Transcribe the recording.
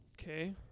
Okay